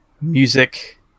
music